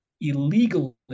illegally